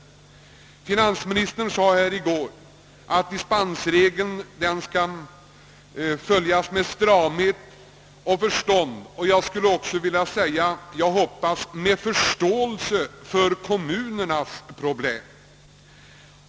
Finansministern sade i går att dispensregeln skall tillämpas med stramhet och förstånd. Jag hoppas att den också tillämpas med förståelse för kommunernas problem.